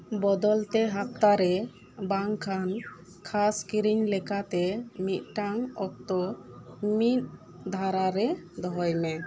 ᱵᱚᱫᱚᱞ ᱛᱮ ᱦᱟᱯᱛᱟ ᱨᱮ ᱵᱟᱝᱠᱷᱟᱱ ᱠᱷᱟᱥ ᱠᱤᱨᱤᱧ ᱞᱮᱠᱟᱛᱮ ᱢᱤᱫᱴᱟᱝ ᱚᱠᱛᱚ ᱢᱤᱫ ᱫᱷᱟᱨᱟᱨᱮ ᱫᱚᱦᱚᱭᱢᱮ